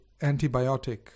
antibiotic